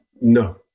No